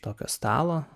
tokio stalo